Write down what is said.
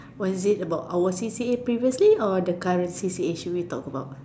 was it about our C_C_A previously or the current C_C_A should we talk about